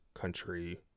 country